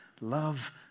love